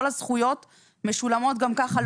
כל הזכויות משולמות גם ככה.